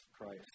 Christ